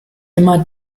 immer